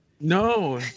No